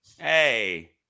Hey